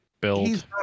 Build